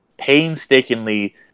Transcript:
Painstakingly